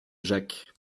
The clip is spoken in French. jacques